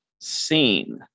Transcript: seen